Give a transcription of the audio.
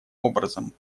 образом